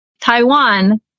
Taiwan